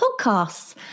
podcasts